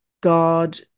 God